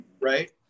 right